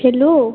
hello